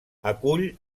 acull